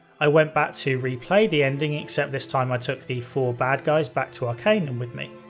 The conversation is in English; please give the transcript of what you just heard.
i went back to replay the ending except this time i took the four bad guys back to arcanum with me.